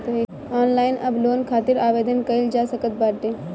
online अब loan खातिर आवेदन कईल जा सकत बाटे